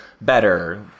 better